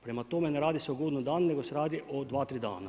Prema tome, ne radi se o godinu dana nego se radi o dva, tri dana.